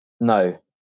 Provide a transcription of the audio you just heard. No